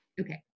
Okay